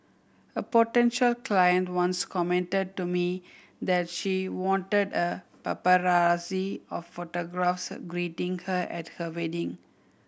a potential client once commented to me that she wanted a paparazzi of photographers greeting her at her wedding